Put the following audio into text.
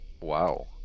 wow